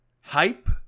hype